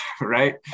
Right